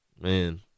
Man